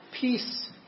peace